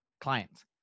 clients